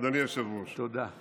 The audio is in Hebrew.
אדוני היושב-ראש, תודה.